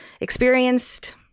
experienced